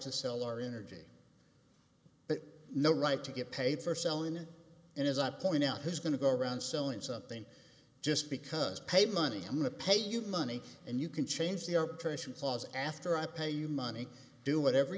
to sell our energy but no right to get paid for selling it and as i point out who's going to go around selling something just because pay money i'm going to pay you money and you can change the arbitration clause after i pay you money do whatever